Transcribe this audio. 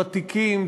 ותיקים,